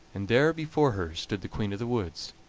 and there before her stood the queen of the woods,